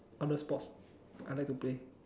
other sports I like to play